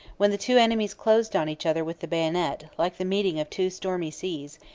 when the two enemies closed on each other with the bayonet, like the meeting of two stormy seas,